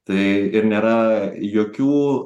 tai ir nėra jokių